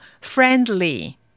friendly